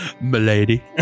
Milady